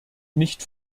nicht